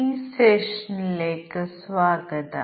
ഈ സെഷനിലേക്ക് സ്വാഗതം